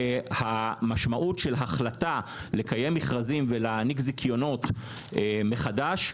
והמשמעות של החלטה לקיים מכרזים ולהעניק זיכיונות מחדש,